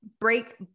break